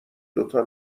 دوتا